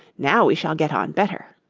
now we shall get on better